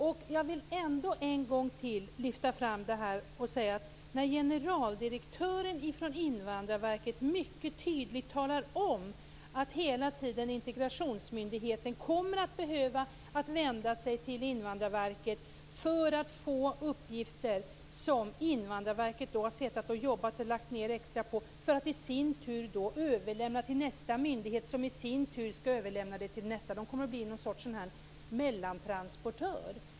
Jag vill ändå en gång till lyfta fram att generaldirektören för Invandrarverket mycket tydligt talar om att integrationsmyndigheten hela tiden kommer att behöva vända sig till Invandrarverket för att få uppgifter som Invandrarverket har jobbat fram och lagt ned extra möda på för att i sin tur överlämna till nästa myndighet som i sin tur skall överlämna dem till nästa. Den nya myndigheten kommer att bli någon sorts mellantransportör.